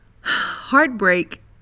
heartbreak